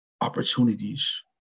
opportunities